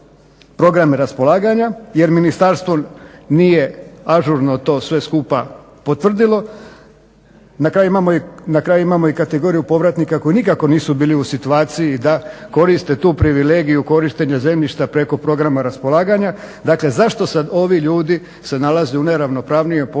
programe raspolaganja jer ministarstvo to nije ažurno to sve skupa potvrdilo. Na kraju imamo i kategoriju povratnika koji nikako nisu bili u situaciji da koriste tu privilegiju korištenja zemljišta preko programa raspolaganja. Dakle zašto sad ovi ljudi se nalaze u neravnopravnijem položaju